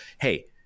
hey